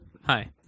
Hi